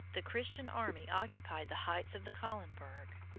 the christian army occupied the heights of the kahlenberg.